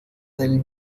del